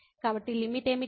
కాబట్టి లిమిట్ ఏమిటి